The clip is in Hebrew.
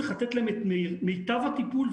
צריך לתת להם את מיטב הטיפול,